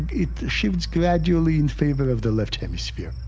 it shifts gradually in favour of the left hemisphere.